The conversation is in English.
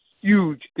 huge